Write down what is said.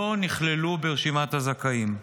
לא נכללו ברשימת הזכאים.